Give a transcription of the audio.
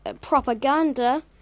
propaganda